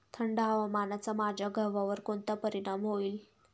थंड हवामानाचा माझ्या गव्हावर कोणता परिणाम होईल?